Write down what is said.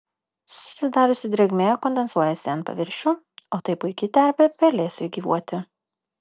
susidariusi drėgmė kondensuojasi ant paviršių o tai puiki terpė pelėsiui gyvuoti